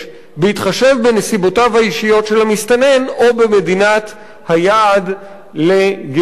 בהתחשב בנסיבותיו האישיות של המסתנן או במדינת היעד לגירושו.